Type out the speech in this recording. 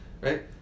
Right